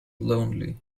lonely